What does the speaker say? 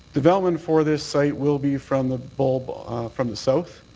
development for this site will be from the bulb from the south.